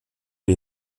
les